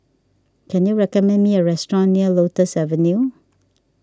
can you recommend me a restaurant near Lotus Avenue